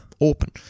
open